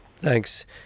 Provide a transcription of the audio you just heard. thanks